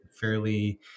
fairly